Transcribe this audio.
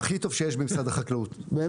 הכי טוב שיש במשרד החקלאות, רק שזה לא יפגע בו.